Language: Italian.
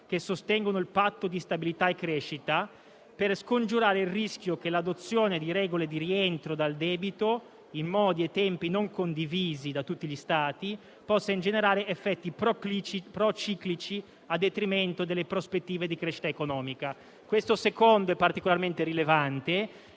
che sostengono il Patto di stabilità e crescita, per scongiurare il rischio che l'adozione di regole di rientro dal debito - in modi e tempi non condivisi da tutti gli Stati - possa ingenerare effetti prociclici a detrimento delle prospettive di crescita economica. Questo secondo capoverso è particolarmente rilevante;